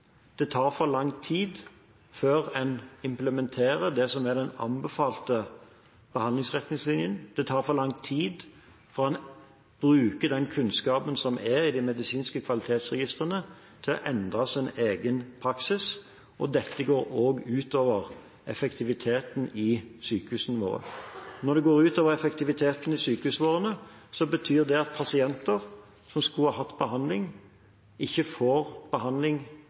Det tar for lang tid før en implementerer det som er den anbefalte behandlingsretningslinjen, og det tar for lang tid før en bruker den kunnskapen som er i de medisinske kvalitetsregistrene, til å endre sin egen praksis. Dette går også ut over effektiviteten i sykehusene våre. Når det går ut over effektiviteten i sykehusene våre, betyr det at pasienter som skulle hatt behandling, ikke får behandling